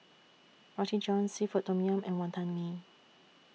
Roti John Seafood Tom Yum and Wantan Mee